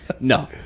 No